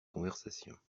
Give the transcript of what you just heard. conversations